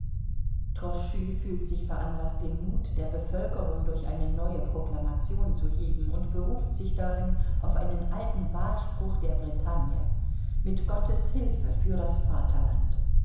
fühlt sich veranlaßt den mut der bevölkerung durch eine neue proklamation zu heben und beruft sich darin auf einen alten wahlspruch der bretagne mit gottes hilfe für das vaterland